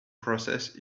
process